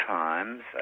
times